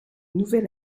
nouvelle